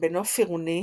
בנוף עירוני